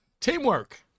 teamwork